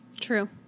true